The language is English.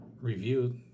review